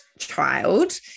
child